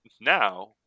Now